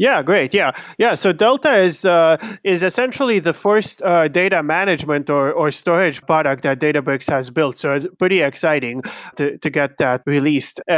yeah, great. yeah yeah so delta is ah is essentially the first data management or or storage product that databricks has built. so it's pretty exciting to to get that released.